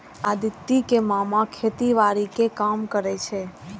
अदिति के मामा खेतीबाड़ी के काम करै छै